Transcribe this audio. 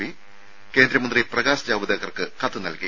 P കേന്ദ്രമന്ത്രി പ്രകാശ് ജാവ്ദേക്കർക്ക് കത്ത് നൽകി